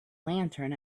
lantern